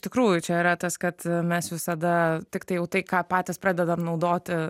tikrųjų čia yra tas kad mes visada tiktai jau tai ką patys pradedam naudoti